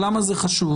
למה זה חשוב?